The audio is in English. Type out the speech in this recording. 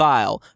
File